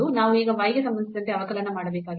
ನಾವು ಈಗ y ಗೆ ಸಂಬಂಧಿಸಿದಂತೆ ಅವಕಲನ ಮಾಡಬೇಕಾಗಿದೆ